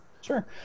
Sure